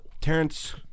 Terrence